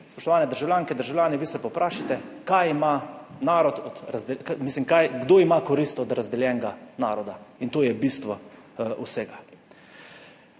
spoštovane državljanke in državljani, vi se pa vprašajte kaj ima narod od, mislim, kdo ima korist od razdeljenega naroda in to je bistvo vsega.